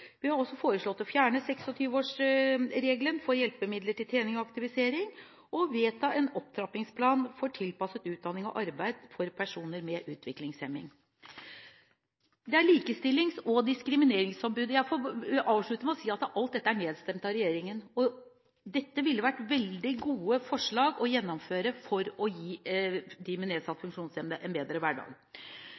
Vi har også foreslått å fjerne 26-årsregelen for hjelpemidler til trening og aktivisering og å vedta en opptrappingsplan for tilpasset utdanning og arbeid for personer med utviklingshemming. Jeg får avslutte med å si at alt er nedstemt av regjeringspartiene. Dette ville vært veldig gode forslag å gjennomføre for å gi dem med nedsatt funksjonsevne en bedre hverdag.